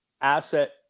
asset